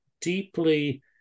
deeply